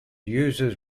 uses